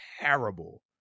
terrible